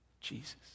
Jesus